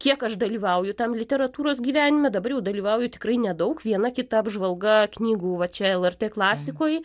kiek aš dalyvauju tam literatūros gyvenime dabar jau dalyvauju tikrai nedaug viena kita apžvalga knygų va čia lrt klasikoj